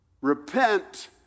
Repent